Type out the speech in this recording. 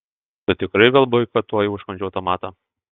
tu tikrai vėl boikotuoji užkandžių automatą